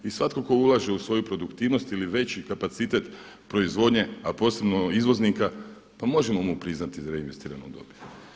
I svatko tko ulaže u svoju produktivnost ili veći kapacitet proizvodnje, a posebno izvoznika, pa možemo mu priznati reinvestiranu dobit.